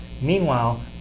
Meanwhile